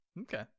Okay